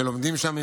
שלומדים שם עברית,